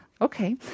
okay